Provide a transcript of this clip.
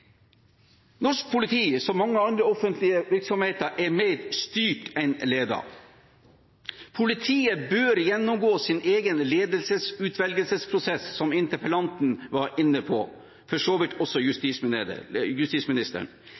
Norsk politi er, som mange andre offentlige virksomheter, mer styrt enn ledet. Politiet bør gjennomgå sin egen ledelsesutvelgelsesprosess, som interpellanten – og for så vidt også justisministeren